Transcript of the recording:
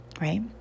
right